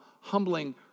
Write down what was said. humbling